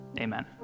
amen